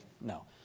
no